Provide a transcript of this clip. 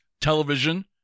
television